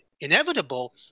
inevitable